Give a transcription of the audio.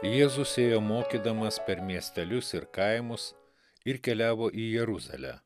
jėzus ėjo mokydamas per miestelius ir kaimus ir keliavo į jeruzalę